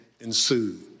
ensued